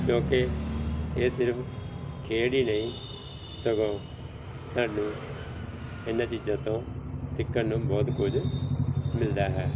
ਕਿਉਂਕਿ ਇਹ ਸਿਰਫ ਖੇਡ ਹੀ ਨਹੀਂ ਸਗੋਂ ਸਾਨੂੰ ਇਹਨਾਂ ਚੀਜ਼ਾਂ ਤੋਂ ਸਿੱਖਣ ਨੂੰ ਬਹੁਤ ਕੁਝ ਮਿਲਦਾ ਹੈ